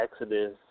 Exodus